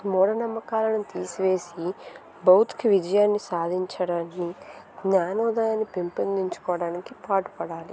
మూఢనమ్మకాలను తీసివేసి భౌతిక విజయాన్ని సాధించడానికి జ్ఞానోదయాన్ని పెంపొందించుకోడానికి పాటుపడాలి